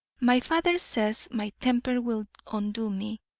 my father says my temper will undo me,